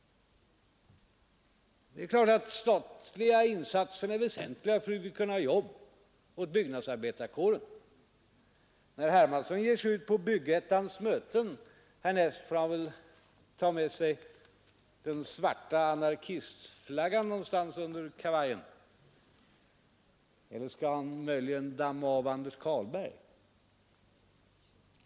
Det är klart att statliga insatser är väsentliga för att bereda jobb åt byggnadsarbetarkåren. När herr Hermansson ger sig ut på ett möte med Bygg-Ettan härnäst, får han väl ta med sig den svarta anarkistflaggan någonstans under kavajen — eller skall han möjligen damma av Anders Carlberg?